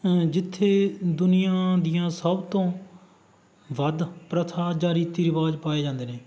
ਜਿੱਥੇ ਦੁਨੀਆਂ ਦੀਆਂ ਸਭ ਤੋਂ ਵੱਧ ਪ੍ਰਥਾ ਜਾਂ ਰੀਤੀ ਰਿਵਾਜ਼ ਪਾਏ ਜਾਂਦੇ ਨੇ